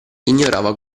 ignorava